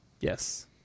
yes